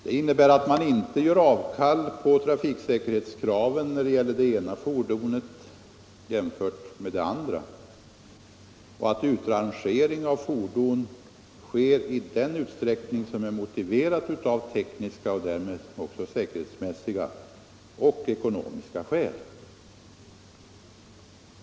Det innebär att man inte gör avkall på trafiksäkerhetskraven vare sig det gäller det ena eller det andra fordonsslaget och att utrangering av fordon sker i den utsträckning som är motiverad av tekniska och därmed också säkerhetsmässiga skäl samt av ekonomiska skäl.